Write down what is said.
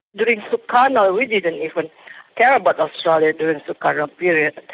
during sukarno, we didn't even care about australia during sukarno period.